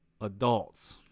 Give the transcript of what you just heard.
adults